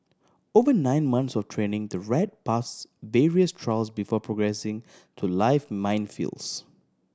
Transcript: over nine months of training the rat pass various trials before progressing to live minefields